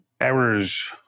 Errors